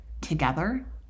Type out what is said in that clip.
Together